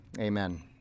amen